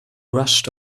rushed